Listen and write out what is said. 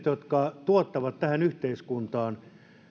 jotka tuottavat tähän yhteiskuntaan